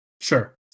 Sure